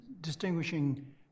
distinguishing